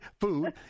food